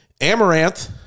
Amaranth